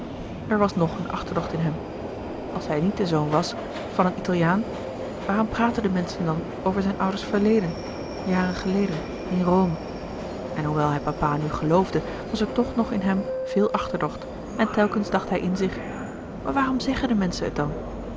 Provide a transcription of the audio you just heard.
er was nog een achterdocht in hem als hij niet de zoon was van een italiaan waarom praatten de menschen dan over zijn ouders verleden jaren geleden in rome en hoewel hij papa nu geloofde was er toch nog in hem veel achterdocht en telkens dacht hij in zich maar waarom zeggen de menschen het dan